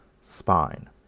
spine